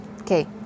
Okay